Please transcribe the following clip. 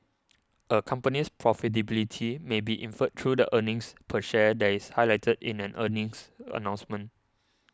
a company's profitability may be inferred through the earnings per share that is highlighted in an earnings announcement